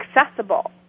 accessible